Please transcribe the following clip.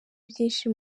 byinshi